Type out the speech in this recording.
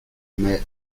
mais